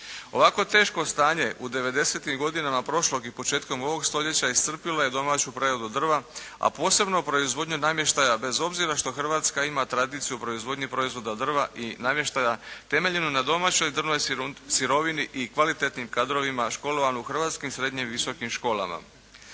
Ovako teško stanje u devedesetim godinama prošlog i početkom ovog stoljeća iscrpilo je domaću preradu drva, a posebno proizvodnju namještaja bez obzira što Hrvatska ima tradiciju proizvodnje proizvoda drva i namještaja temeljeno na domaćoj drvnoj sirovini i kvalitetnim kadrovima školovanim u hrvatskim srednjim i visokim školama.